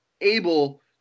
able